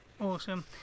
Awesome